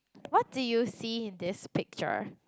what do you see in this picture